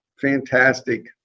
fantastic